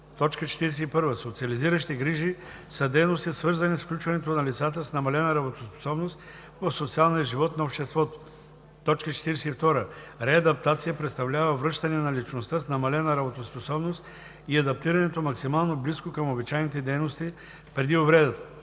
41. „Социализиращи грижи“ са дейности, свързани с включването на лицата с намалена работоспособност в социалния живот на обществото. 42. „Реадаптация“ представлява връщане на личността с намалена работоспособност и адаптирането максимално близко към обичайните дейности преди увредата.“